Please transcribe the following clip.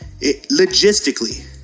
logistically